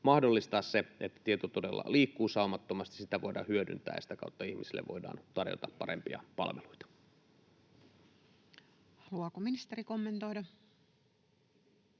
mahdollistaa se, että tieto todella liikkuu saumattomasti, sitä voidaan hyödyntää ja sitä kautta ihmisille voidaan tarjota parempia palveluita. Haluaako ministeri kommentoida?